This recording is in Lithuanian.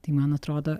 tai man atrodo